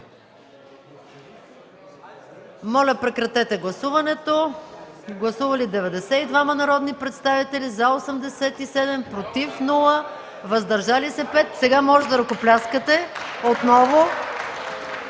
Моля, колеги, гласувайте. Гласували 92 народни представители: за 87, против няма, въздържали се 5. Сега може да ръкопляскате отново.